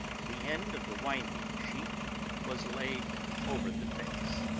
the end of the winding-sheet was laid over the face